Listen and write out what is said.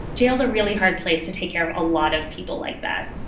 jails are really hard place to take care of. a lot of people like that.